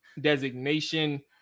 designation